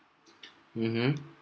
mmhmm